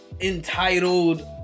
entitled